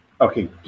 Okay